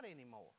anymore